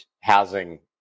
housing